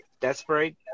desperate